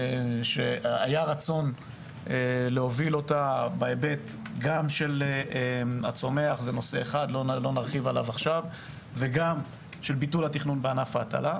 שהיה רצון להוביל אותה גם בהיבט הצומח וגם של ביטול התכנון בענף ההטלה,